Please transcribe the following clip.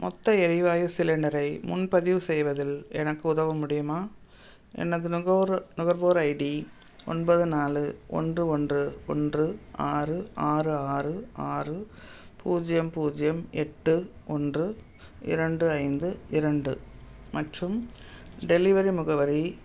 மொத்த எரிவாயு சிலிண்டரை முன்பதிவு செய்வதில் எனக்கு உதவ முடியுமா எனது நுகர் நுகர்வோர் ஐடி ஒன்பது நாலு ஒன்று ஒன்று ஒன்று ஆறு ஆறு ஆறு ஆறு பூஜ்யம் பூஜ்யம் எட்டு ஒன்று இரண்டு ஐந்து இரண்டு மற்றும் டெலிவரி முகவரி